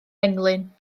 englyn